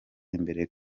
imbere